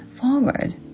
forward